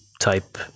type